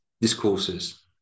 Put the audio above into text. discourses